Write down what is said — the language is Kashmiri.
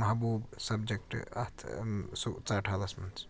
محبوب سبجَکٹ اَتھ سُہ ژاٹہٕ حالَس منٛز